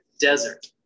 desert